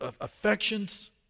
affections